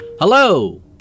Hello